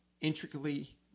intricately